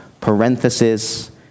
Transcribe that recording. parenthesis